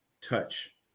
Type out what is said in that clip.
touch